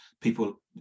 people